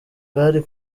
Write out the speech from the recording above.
bwari